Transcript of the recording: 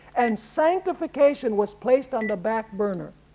and sanctification was placed on the backburner.